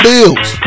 Bills